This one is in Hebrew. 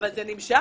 אבל זה נמשך.